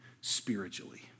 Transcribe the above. spiritually